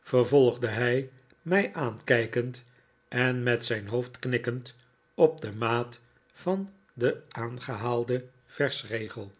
vervolgde hij mij aankijkend en met zijn hoofd knikkend op de maat van den aangehaalden versregel